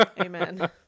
Amen